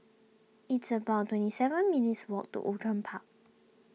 it's about twenty seven minutes' walk to Outram Park